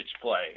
play